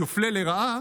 יופלה לרעה.